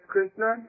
Krishna